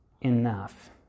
enough